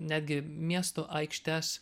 netgi miestų aikštes